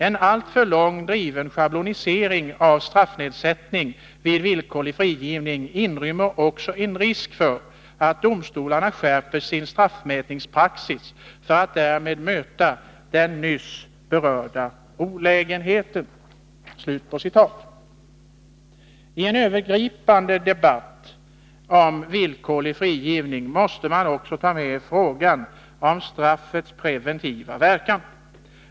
En alltför långt driven schablonisering av straffnedsättning vid villkorlig frigivning inrymmer också en risk för att domstolarna skärper sin straffmätningspraxis för att därmed möta de nyss berörda olägenheterna.” I en övergripande debatt om villkorlig frigivning måste man också ta med frågan om straffets preventiva verkan.